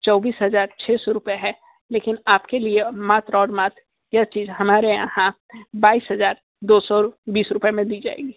चौबीस हजार छः सौ रुपये है लेकिन आपके लिए मात्र और मात्र यह चीज़ हमारे यहाँ बाईस हजार दो सौ बीस रुपये में मिल जाएगी